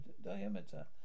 Diameter